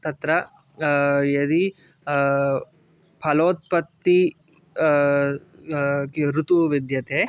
तत्र यदि फलोत्पत्ति ऋतुः विद्यते